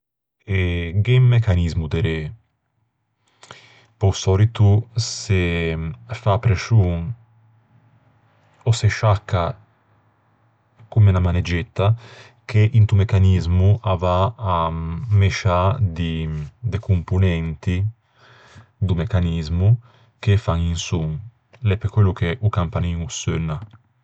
Gh'é un mecanismo derê. Pe-o sòlito se fa prescion ò se sciacca comme unna maneggetta, che into mecanismo a va à mesciâ di-de componenti do mecanismo, che fan un son. L'é pe quello che o campanin o seunna.